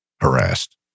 harassed